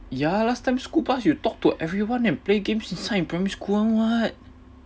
ya last time school bus you talk to everyone and play games inside in primary school [one] [what]